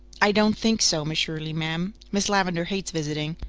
i don't think so, miss shirley, ma'am. miss lavendar hates visiting.